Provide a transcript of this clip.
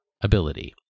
ability